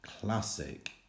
classic